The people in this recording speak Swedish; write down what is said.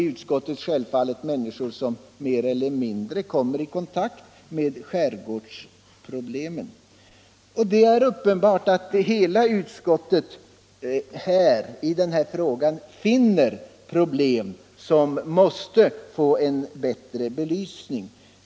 I utskottet finns självfallet också människor som mer eller mindre kommer i kontakt med skärgårdsproblemen. Det är uppenbart för hela utskottet att här finns problem som måste få en bättre belysning.